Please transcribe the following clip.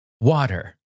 water